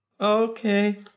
Okay